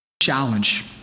challenge